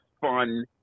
fun